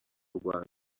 rwanda